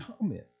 comment